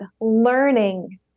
learning